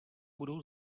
budou